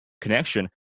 connection